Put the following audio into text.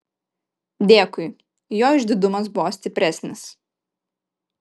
dėkui jo išdidumas buvo stipresnis